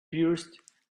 pierced